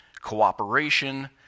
cooperation